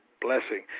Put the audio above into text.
blessing